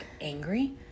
angry